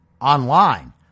online